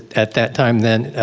at that time then